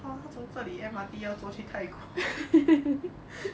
她她从这里 M_R_T 要坐去泰国